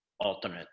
alternate